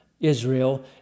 Israel